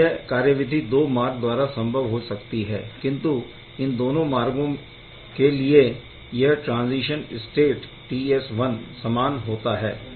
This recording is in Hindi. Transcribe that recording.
आगे यह कार्यविधि दो मार्ग द्वारा संभव हो सकती है किंतु इन दोनों मार्गों के लिए यह ट्राज़ीशन स्टेट समान होता है